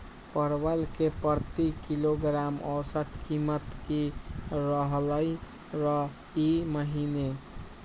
परवल के प्रति किलोग्राम औसत कीमत की रहलई र ई महीने?